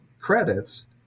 credits